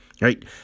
Right